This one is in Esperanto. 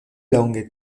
longe